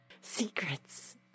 secrets